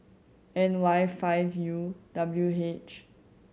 N Y five U W H